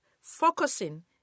focusing